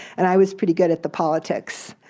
and i was pretty good at the politics.